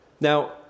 Now